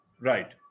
Right